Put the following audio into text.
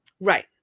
right